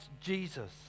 Jesus